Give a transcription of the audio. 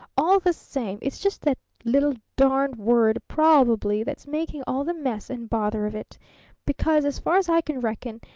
all the same it's just that little darned word probably that's making all the mess and bother of it because, as far as i can reckon,